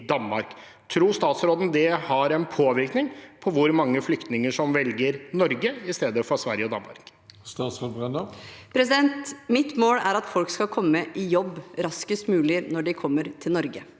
Tror statsråden det har en påvirkning på hvor mange flyktninger som velger Norge i stedet for Sverige og Danmark? Statsråd Tonje Brenna Mitt mål er at folk skal komme i jobb raskest mulig når de kommer til Norge.